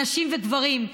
נשים וגברים,